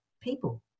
people